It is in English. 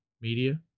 media